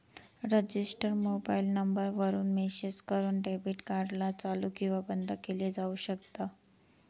register mobile number वरून message करून debit card ला चालू किंवा बंद केलं जाऊ शकता